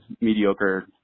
mediocre